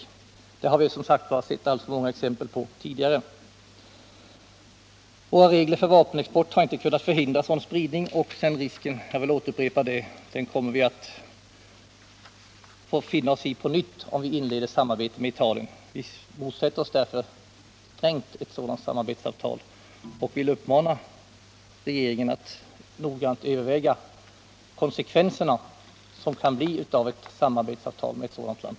Det har vi som sagt alltför många exempel på tidigare. Våra regler för vapenexport har inte kunnat hindra sådan spridning, och den risken kommer att finnas på nytt om vi inleder samarbete med Italien. Vi motsätter oss därför starkt ett sådant samarbetsavtal och vill uppmana regeringen att noggrant överväga de konsekvenser som kan följa av ett samarbetsavtal med ett sådant land.